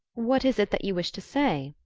what is it that you wish to say?